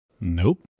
Nope